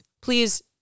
please